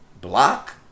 block